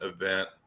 event